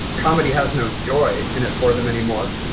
comedy has no joy in it for them anymore.